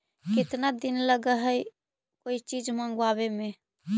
केतना दिन लगहइ कोई चीज मँगवावे में?